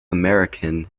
american